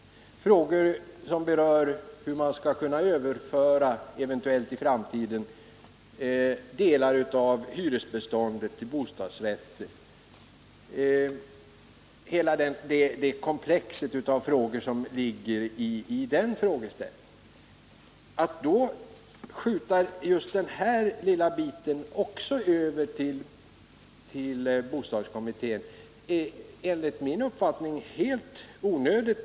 Det gäller spörsmål som berör hur man eventuellt i framtiden skall kunna överföra delar av hyresbeståndet till bostadsrätter, och hela det komplex av problem som den frågeställningen omfattar. Att då skjuta över också just den här aktuella lilla delfrågan till kommittén är enligt min uppfattning helt onödigt.